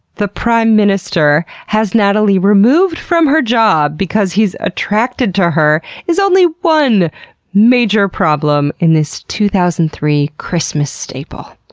the prime minister, has natalie removed from her job because he's attracted to her, is only one major problem in this two thousand and three christmas staple.